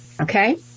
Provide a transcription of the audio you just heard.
okay